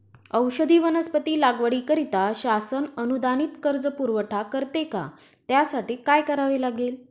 औषधी वनस्पती लागवडीकरिता शासन अनुदानित कर्ज पुरवठा करते का? त्यासाठी काय करावे लागेल?